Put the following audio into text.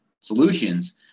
solutions